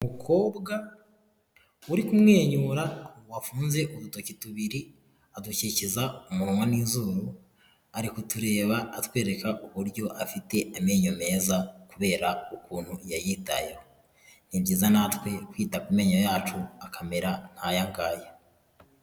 Umukobwa uri kumwenyura wafunze udutoki tubiri adukikiza umunwa n'izuru ari kutureba atwereka uburyo afite amenyo meza kubera ukuntu yayitayeho, ni byiza natwe kwita ku menyo yacu akamera nkaya ngaya.